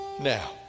Now